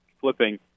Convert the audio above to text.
flipping